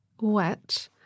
wet